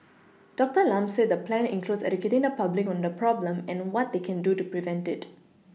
doctor Lam said the plan includes educating the public on the problem and what they can do to prevent it